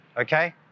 okay